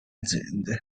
aziende